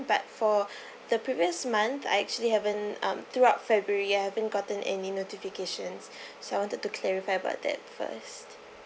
but for the previous month I actually haven't um throughout february I haven't gotten any notifications so I wanted to clarify about that first